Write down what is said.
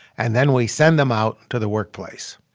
and then we send them out to the workplace.